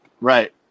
Right